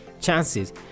chances